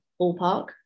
ballpark